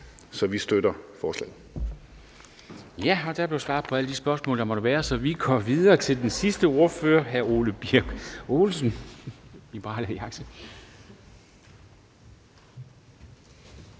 Kristensen): Der blev svaret på alle de spørgsmål, der måtte være, så vi går videre til den sidste ordfører, hr. Ole Birk Olesen, Liberal Alliance.